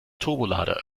turbolader